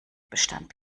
bestand